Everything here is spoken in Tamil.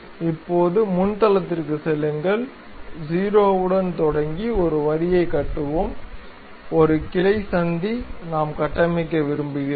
இப்போது முன் தளத்திற்குச் செல்லுங்கள் 0 உடன் தொடங்கி ஒரு வரியைக் கட்டுவோம் ஒரு கிளை சந்தி நாம் கட்டமைக்க விரும்புகிறோம்